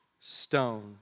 stone